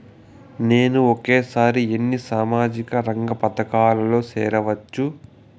నేను ఒకేసారి ఎన్ని సామాజిక రంగ పథకాలలో సేరవచ్చు?